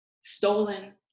stolen